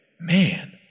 man